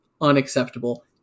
unacceptable